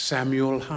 Samuel